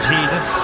Jesus